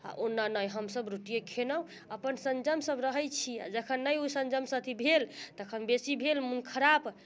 ओना नहि हमसब रोटीए खयलहुँ अपन संजम से रहैत छी आ जखन नहि ओ संजम से अथी भेल तखन बेसी भेल मन खराब